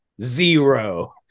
zero